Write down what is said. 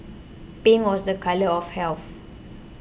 pink was a colour of health